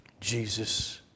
Jesus